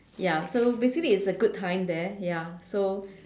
ya so basically it's a good time there ya so